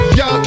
yo